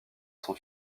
son